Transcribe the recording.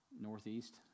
Northeast